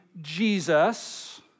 Jesus